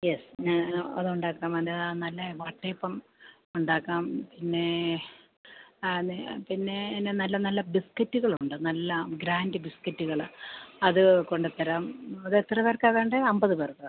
yes അതുണ്ടാക്കാം അതു നല്ല വട്ടയപ്പം ഉണ്ടാക്കാം പിന്നേ പിന്നേ എന്നാ നല്ല നല്ല ബിസ്കറ്റുകളുണ്ട് നല്ല ഗ്രാന്റ് ബിസ്ക്കറ്റുകള് അത് കൊണ്ടുത്തരാം അതെത്രപേർക്കാണു വേണ്ടത് അമ്പത് പേർക്ക്